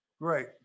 great